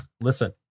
listen